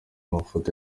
mafoto